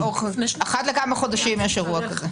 אחת לכמה חודשים יש אירוע כזה.